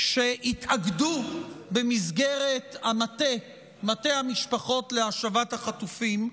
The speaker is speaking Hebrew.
שהתאגדו במסגרת המטה, מטה המשפחות להשבת החטופים,